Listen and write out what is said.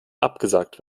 abgesagt